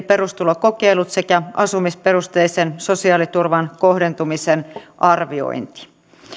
perustulokokeilut sekä asumisperusteisen sosiaaliturvan kohdentumisen arviointi